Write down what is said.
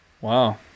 Wow